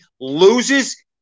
loses